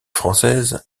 française